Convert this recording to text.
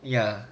ya